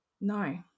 no